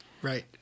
Right